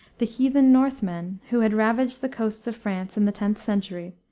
the heathen northmen, who had ravaged the coasts of france in the tenth century,